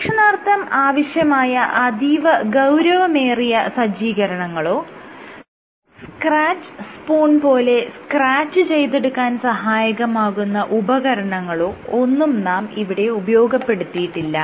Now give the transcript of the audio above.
പരീക്ഷണാർത്ഥം ആവശ്യമായ അതീവ ഗൌരവമേറിയ സജ്ജീകരണങ്ങളോ സ്ക്രാച്ച് സ്പൂൺ പോലെ സ്ക്രാച്ച് ചെയ്തെടുക്കാൻ സഹായകമാകുന്ന ഉപകരണങ്ങളോ ഒന്നും നാം ഇവിടെ ഉപയോഗപ്പെടുത്തിയിട്ടില്ല